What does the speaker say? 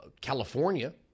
California